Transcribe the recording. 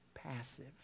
passive